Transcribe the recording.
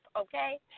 okay